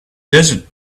desert